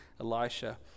Elisha